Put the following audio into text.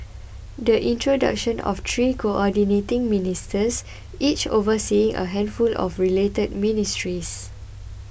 the introduction of three Coordinating Ministers each overseeing a handful of related ministries